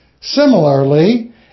Similarly